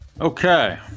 Okay